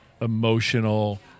emotional